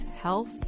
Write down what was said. health